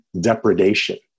depredation